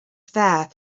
there